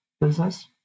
business